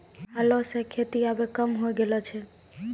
हलो सें खेती आबे कम होय गेलो छै